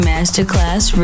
Masterclass